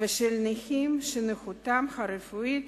ושל נכים שנכותם הרפואית